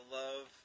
love